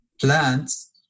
plants